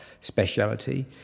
speciality